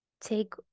take